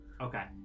okay